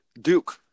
Duke